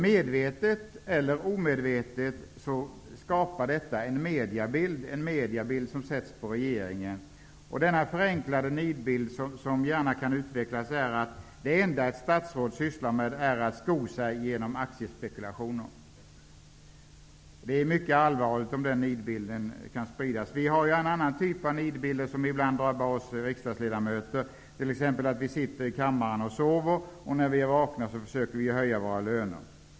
Medvetet eller omedvetet skapas en mediabild som sätts på regeringen. Den förenklade nidbild som kan utvecklas är att det enda ett statsråd sysslar med är att sko sig genom aktiespekulationer. Det är mycket olyckligt om den nidbilden sprids. En annan typ av nidbild drabbar ibland oss riksdagsledamöter, t.ex. att vi sitter i kammaren och sover, och när vi är vakna försöker vi höja våra löner.